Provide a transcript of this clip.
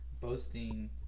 Boasting